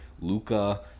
Luca